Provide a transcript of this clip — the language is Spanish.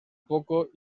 poco